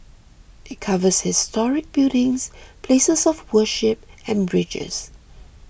it covers historic buildings places of worship and bridges